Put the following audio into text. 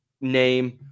name